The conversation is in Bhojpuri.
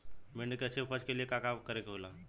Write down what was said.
भिंडी की अच्छी उपज के लिए का का करे के होला?